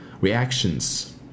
reactions